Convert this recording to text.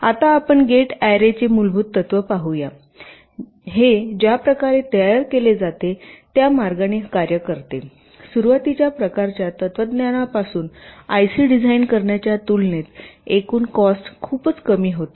आता आपण gate array चे मूलभूत तत्व पाहू हे ज्या प्रकारे तयार केले जाते त्या मार्गाने कार्य करते सुरवातीच्या प्रकारच्या तत्त्वज्ञानापासून आयसी डिझाइन करण्याच्या तुलनेत एकूण कॉस्ट खूपच कमी होते